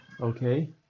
Okay